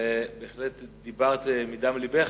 ובהחלט דיברת מדם לבך.